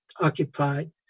occupied